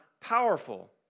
powerful